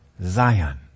Zion